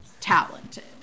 talented